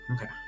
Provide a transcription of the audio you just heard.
okay